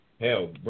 hell